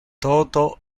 toto